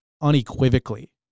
Unequivocally